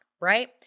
right